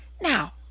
Now